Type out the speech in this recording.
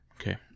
Okay